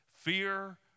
Fear